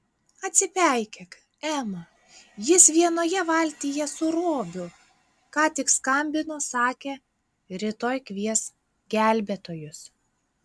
atsipeikėk ema jis vienoje valtyje su robiu ką tik skambino sakė rytoj kvies gelbėtojus